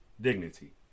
dignity